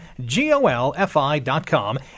G-O-L-F-I.com